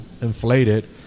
inflated